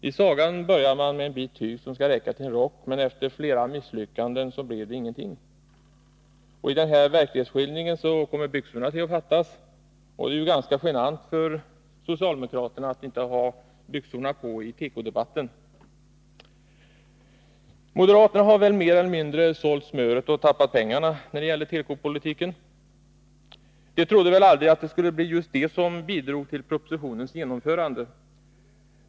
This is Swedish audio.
I sagan börjar man med en bit tyg som skall räcka till en rock, men efter flera misslyckanden blir det ingenting. I den här verklighetsskildringen kommer byxorna att fattas. Och det är ganska genant för socialdemokraterna att inte kunna ha byxorna på i tekodebatten. Moderaterna har mer eller mindre sålt smöret och tappat pengarna när det gäller tekopolitiken. De trodde väl aldrig att det skulle bli just de som bidrog till propositionens genomförande.